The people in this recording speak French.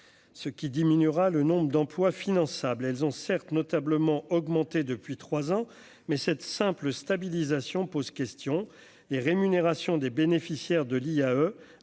ce qui diminuera le nombre d'emplois finançable, elles ont certes notablement augmenté depuis 3 ans, mais cette simple stabilisation pose question : les rémunérations des bénéficiaires de l'IAE